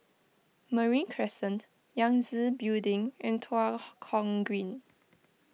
Marine Crescent Yangtze Building and Tua Kong Green